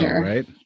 right